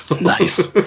Nice